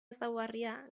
ezaugarria